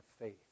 faith